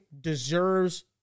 deserves